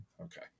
Okay